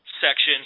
section